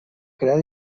crear